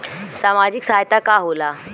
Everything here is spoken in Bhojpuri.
सामाजिक सहायता का होला?